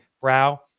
brow